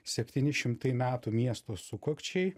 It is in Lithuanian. septyni šimtai metų miesto sukakčiai